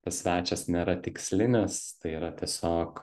tas svečias nėra tikslinis tai yra tiesiog